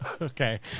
Okay